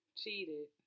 cheated